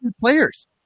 players